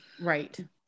Right